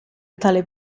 tale